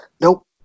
nope